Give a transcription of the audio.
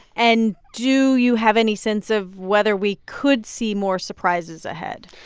and do you have any sense of whether we could see more surprises ahead?